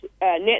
net